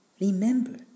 Remember